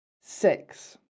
six